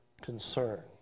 concern